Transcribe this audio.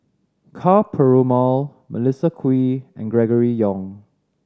Ka Perumal Melissa Kwee and Gregory Yong